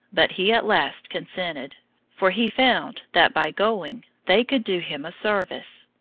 but he at last consented for he found that by going they could do him a service.